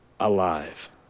Alive